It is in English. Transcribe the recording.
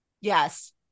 yes